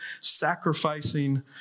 sacrificing